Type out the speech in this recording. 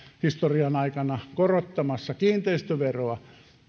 historian aikana korottamassa kiinteistöveroa